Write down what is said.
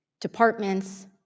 departments